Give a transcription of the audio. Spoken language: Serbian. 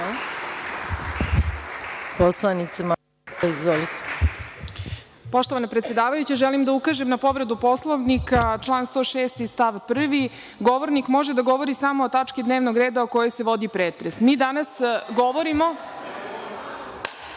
Izvolite. **Tatjana Macura** Poštovana predsedavajuća, želim da ukažem na povredu Poslovnika, član 106. stav 1. – govornik može da govori samo o tački dnevnog reda o kojoj se vodi pretres. Mi danas govorimo